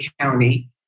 County